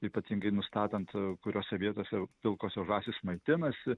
ypatingai nustatant kuriose vietose pilkosios žąsys maitinasi